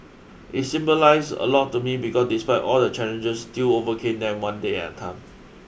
it symbolise a lot to me because despite all the challenges still overcame them one day at time